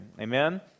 Amen